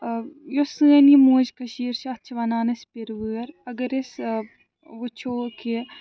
یۄس سٲنۍ یہِ موج کٔشیٖر چھِ اَتھ چھِ وَنان أسۍ پیٖرٕ وٲر اگر أسۍ وٕچھو کہِ